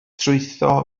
trwytho